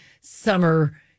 summer